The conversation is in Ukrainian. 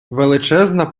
величезна